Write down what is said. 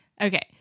Okay